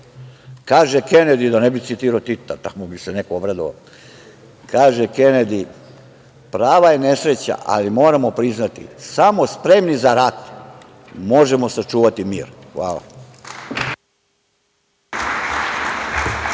Kaže Kenedi, da ne bi citirao Tita, tako bi se neko obradovao, „prava je nesreća, ali moramo priznati, samo spremni za rat možemo sačuvati mir“. Hvala.